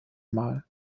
mal